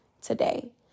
today